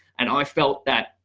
and i felt that